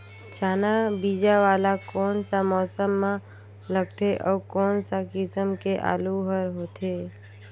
चाना बीजा वाला कोन सा मौसम म लगथे अउ कोन सा किसम के आलू हर होथे?